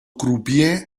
crupier